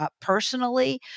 personally